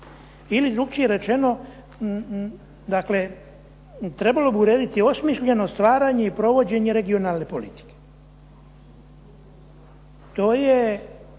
ili drukčije rečeno, dakle trebalo bi urediti osmišljeno stvaranje i provođenje regionalne politike. To je,